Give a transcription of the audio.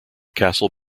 castle